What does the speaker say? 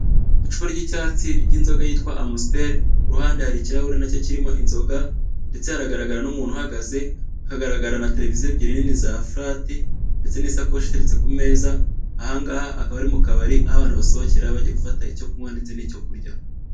Icupa ry'icyatsi ry'inzoga yitwa Amusiteri kuruhande hari ikirahure nacyo kirimo inzoga ndetse haragaragara n'umuntu uhagaze hagaragara na tereviziyo ebyiri nini za furati ndetse n'ishakoshi iteretse ku meza ahangaha hakaba ari mu kabari aho abantu asohokera bagiye gufata icyo kunywa ndetse nicyo kurya.